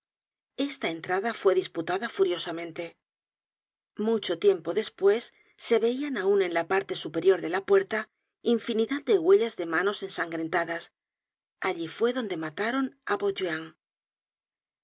esta entrada fue disputada furiosamente mucho tiempo despues se veian aun en la parte superior de la puerta infinidad de huellas de manos ensangrentadas allí fue donde mataron á